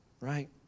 right